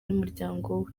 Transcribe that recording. n’umuryango